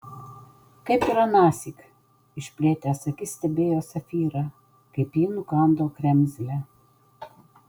kaip ir anąsyk išplėtęs akis stebėjo safyrą kaip ji nukando kremzlę